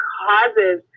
causes